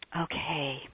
Okay